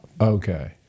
okay